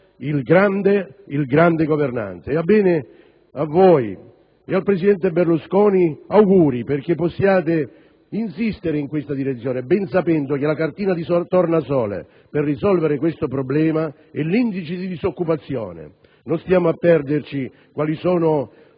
storia il grande governante. Ebbene, a voi e al presidente Berlusconi, auguri, perché possiate insistere in questa direzione, ben sapendo che la cartina di tornasole per risolvere questo problema è l'indice di disoccupazione. Non stiamo a perderci su quali siano